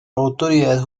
autoridades